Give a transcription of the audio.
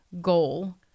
goal